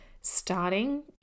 starting